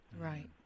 Right